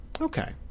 Okay